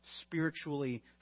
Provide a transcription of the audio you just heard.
spiritually